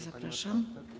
Zapraszam.